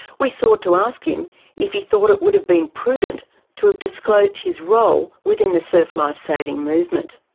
we sought to ask him if he thought it would have been prudent to have disclosed his role within the surf lifesaving movement.